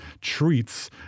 treats